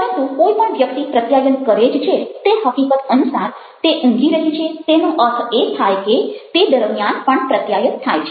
પરંતુ કોઈ પણ વ્યક્તિ પ્રત્યાયન કરે જ છે તે હકીકત અનુસાર તે ઊંઘી રહી છે તેનો અર્થ એ થાય કે તે દરમિયાન પણ પ્રત્યાયન થાય છે